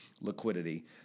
liquidity